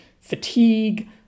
fatigue